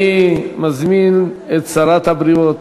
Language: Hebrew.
אני מזמין את שרת הבריאות,